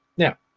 now,